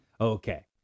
Okay